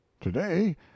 Today